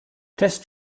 test